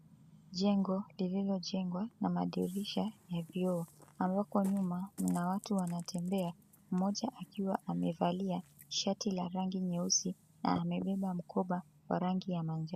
Jengo liliojengwa na madirisha ya vioo ambapo nyuma mna watu wanatembea mmoja akiwa amevalia shati la rangi nyeusi na amebeba mkoba wa rangi ya manjano.